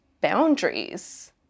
boundaries